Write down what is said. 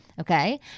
Okay